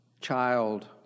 child